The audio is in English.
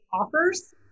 offers